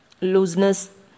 looseness